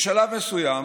בשלב מסוים